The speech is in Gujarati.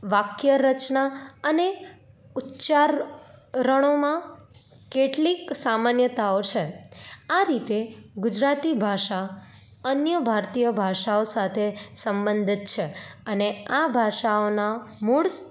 વાક્ય રચના અને ઉચ્ચારણોમાં કેટલીક સામાન્યતાઓ છે આ રીતે ગુજરાતી ભાષા અન્ય ભારતીય ભાષાઓ સાથે સંબંધિત છે અને આ ભાષાઓનાં મૂળ